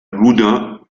loudun